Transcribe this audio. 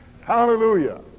Hallelujah